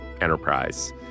enterprise